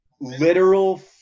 literal